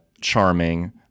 charming